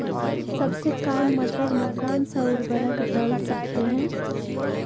सबसे काम मटर में कौन सा ऊर्वरक दल सकते हैं?